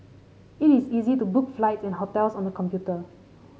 it is easy to book flights and hotels on the computer